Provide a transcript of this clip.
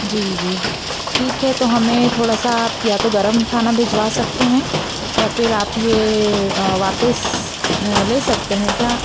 जी जी ठीक है तो हमें थोड़ा सा आप या तो गर्म खाना भिजवा सकते हैं या फिर आप ये वापस ले सकते हैं क्या